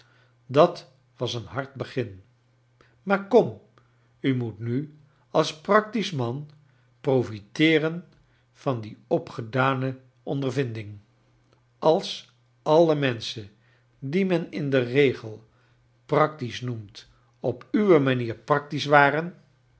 dat was een hard begin maar kom i u moet nu als practisch man profiteeren van de opgedane ondervinding als alle menschen die men in den regel practisch noemt op uwe manier practisch waren